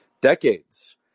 decades